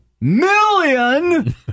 million